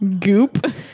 goop